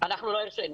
לא הרשינו.